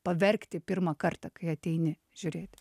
paverkti pirmą kartą kai ateini žiūrėti